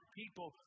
people